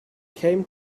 came